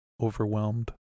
Overwhelmed